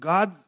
God